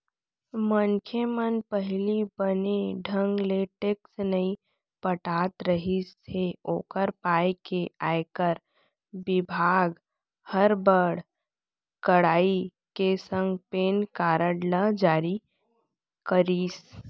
मनखे मन पहिली बने ढंग ले टेक्स नइ पटात रिहिस हे ओकर पाय के आयकर बिभाग हर बड़ कड़ाई के संग पेन कारड ल जारी करिस